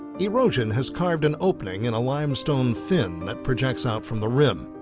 erosion has carved an opening in a limestone fin that projects out from the rim.